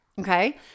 Okay